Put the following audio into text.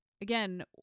again